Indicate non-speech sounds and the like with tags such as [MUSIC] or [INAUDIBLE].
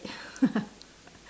[LAUGHS]